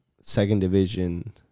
second-division